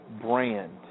brand